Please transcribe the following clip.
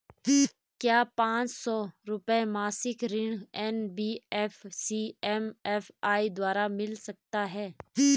क्या पांच सौ रुपए मासिक ऋण एन.बी.एफ.सी एम.एफ.आई द्वारा मिल सकता है?